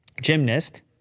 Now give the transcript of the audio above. gymnast